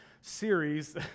series